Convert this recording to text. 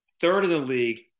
third-in-the-league